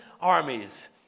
armies